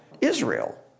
Israel